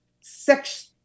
sex